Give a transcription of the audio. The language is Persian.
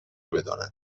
بدانند